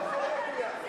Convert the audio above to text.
גם את זה אתה רוצה.